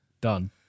Done